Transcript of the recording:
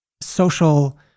social